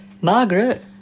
Margaret